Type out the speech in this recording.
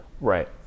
Right